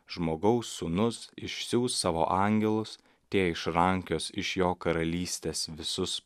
žmogaus sūnus išsiųs savo angelus tie išrankios iš jo karalystės visus